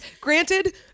Granted